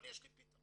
אבל יש לי פתרון.